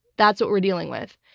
that's what we're dealing with.